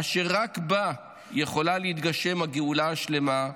אשר רק בה יכולה להתגשם הגאולה השלמה,